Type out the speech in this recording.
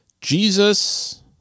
Jesus